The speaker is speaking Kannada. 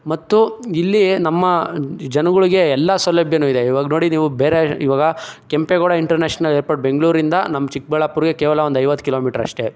ಮತ್ತು ಇಲ್ಲಿ ನಮ್ಮ ಜನಗಳಿಗೆ ಎಲ್ಲ ಸೌಲಭ್ಯವೂ ಇದೆ ಈವಾಗ ನೋಡಿ ನೀವು ಬೇರೆ ಈವಾಗ ಕೆಂಪೇಗೌಡ ಇಂಟರ್ನ್ಯಾಷನಲ್ ಏರ್ಪೋರ್ಟ್ ಬೆಂಗಳೂರಿಂದ ನಮ್ಮ ಚಿಕ್ಕಬಳ್ಳಾಪುರ್ಗೆ ಕೇವಲ ಒಂದು ಐವತ್ತು ಕಿಲೋಮೀಟರ್ ಅಷ್ಟೇ